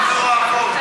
גם עבור האבות.